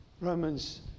Romans